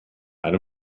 ein